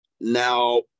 Now